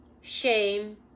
shame